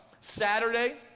Saturday